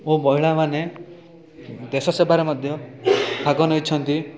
ଓ ମହିଳାମାନେ ଦେଶ ସେବାରେ ମଧ୍ୟ ଭାଗ ନେଉଛନ୍ତି